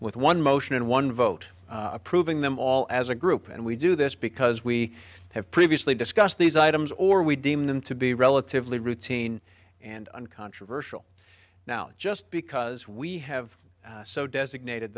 with one motion and one vote approving them all as a group and we do this because we have previously discussed these items or we deem them to be relatively routine and uncontroversial now just because we have so designated